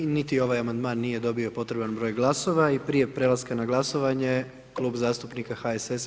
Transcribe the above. Niti ovaj amandman nije dobio potreban broj glasova i prije prelaska na glasovanje, Klub zastupnika HSS-a.